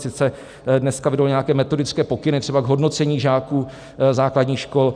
Sice dneska vyjdou nějaké metodické pokyny, třeba k hodnocení žáků základních škol.